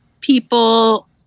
people